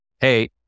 hey